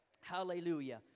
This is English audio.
Hallelujah